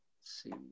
See